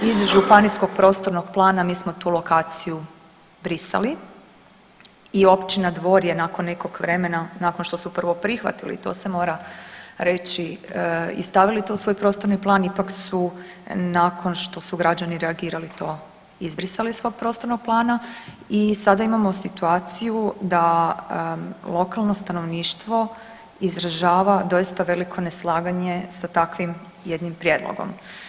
Iz županijskog prostornog plana mi smo tu lokaciju brisali i općina Dvor je nakon nekog vremena, nakon što su prvo prihvatili, to se mora reći i stavili to u svoj prostorni plan ipak nakon što su građani reagirali to izbrisali iz svog prostornog plana i sada imamo situaciju da lokalno stanovništvo izražava doista veliko neslaganje sa takvim jednim prijedlogom.